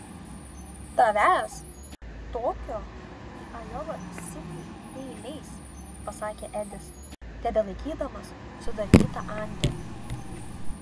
tavęs tokio į ajova sitį neįleis pasakė edis tebelaikydamas sudarkytą antį